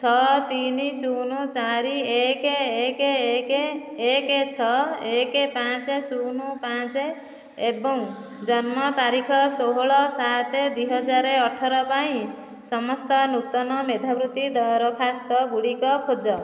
ଛଅ ତିନି ଶୂନ ଚାରି ଏକ ଏକ ଏକ ଏକ ଛଅ ଏକ ପାଞ୍ଚ ଶୂନ ପାଞ୍ଚ ଏବଂ ଜନ୍ମ ତାରିଖ ଷୋହଳ ସାତେ ଦୁଇହଜାର ଅଠର ପାଇଁ ସମସ୍ତ ନୂତନ ମେଧାବୃତ୍ତି ଦରଖାସ୍ତଗୁଡ଼ିକ ଖୋଜ